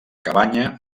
cabanya